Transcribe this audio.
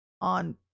on